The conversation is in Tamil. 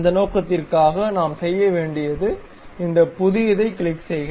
அந்த நோக்கத்திற்காக நாம் செய்ய வேண்டியது இந்த புதியதைக் கிளிக் செய்க